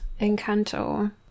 Encanto